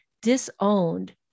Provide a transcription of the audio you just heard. disowned